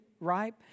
ripe